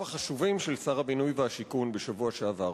החשובים של שר הבינוי והשיכון בשבוע שעבר,